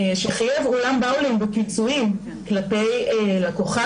אולם באולינג בפיצויים כלפי לקוחה